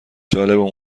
جالب